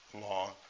long